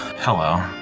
Hello